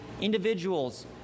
individuals